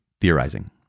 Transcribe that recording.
theorizing